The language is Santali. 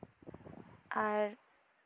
ᱟᱨ